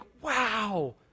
wow